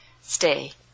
Stay